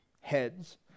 heads